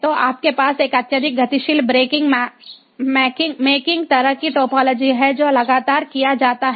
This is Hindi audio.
तो आपके पास एक अत्यधिक गतिशील ब्रेकिंग मेकिंग तरह की टोपोलॉजी है जो लगातार किया जाता है